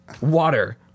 water